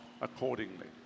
accordingly